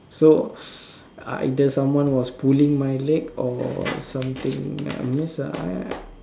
so either someone was pulling my leg or something I miss ah